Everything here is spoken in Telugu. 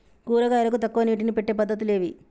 కూరగాయలకు తక్కువ నీటిని పెట్టే పద్దతులు ఏవి?